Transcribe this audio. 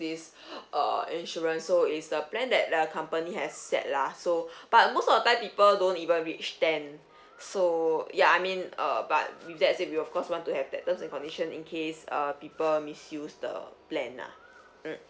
this err insurance so is the plan that the company has set lah so but most of the time people don't even reach ten so ya I mean uh but with that said we of course want to have that terms and condition in case uh people misuse the plan lah mm